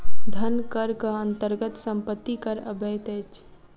धन करक अन्तर्गत सम्पत्ति कर अबैत अछि